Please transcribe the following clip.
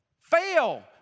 Fail